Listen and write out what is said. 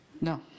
No